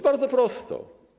Bardzo prosto.